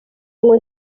ngo